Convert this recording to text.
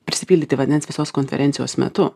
prisipildyti vandens visos konferencijos metu